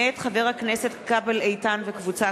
מאת חברי הכנסת איתן כבל,